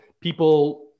people